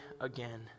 again